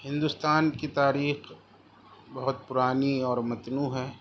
ہندوستان کی تاریخ بہت پرانی اور متنوع ہے